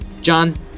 john